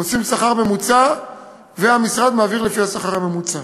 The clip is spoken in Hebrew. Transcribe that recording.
עושים שכר ממוצע והמשרד מעביר לפי השכר הממוצע.